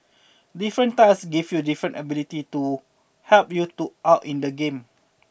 different tiles give you different abilities to help you do out in the game